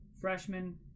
freshman